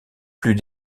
plus